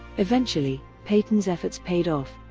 eventually, peyton's efforts paid off,